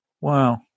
Wow